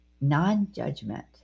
Non-judgment